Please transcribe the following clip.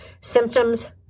Symptoms